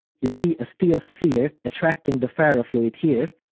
you see a steel sphere attracting the ferrofluid here,